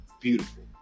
Beautiful